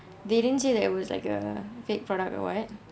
they didn't say that it was like a fake product or what